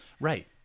Right